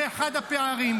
זה אחד הפערים.